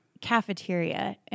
cafeteria